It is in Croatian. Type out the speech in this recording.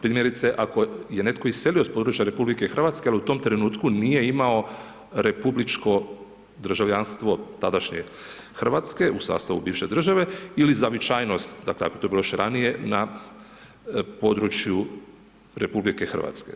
Primjerice, ako je netko iselio s područja RH, al u tom trenutku nije imao republičko državljanstvo, tadašnje, Hrvatske u sastavu bivše države ili zavičajnost, dakle, to je bilo još ranije na području RH.